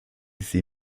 sie